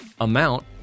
amount